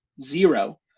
zero